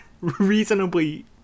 reasonably